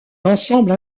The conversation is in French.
l’ensemble